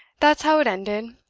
that's how it ended.